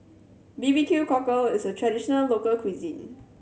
B B Q Cockle is a traditional local cuisine